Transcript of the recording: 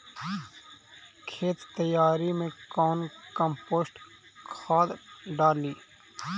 खेत तैयारी मे कौन कम्पोस्ट खाद डाली?